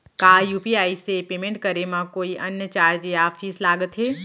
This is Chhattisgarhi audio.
का यू.पी.आई से पेमेंट करे म कोई अन्य चार्ज या फीस लागथे?